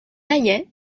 naillet